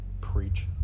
Preach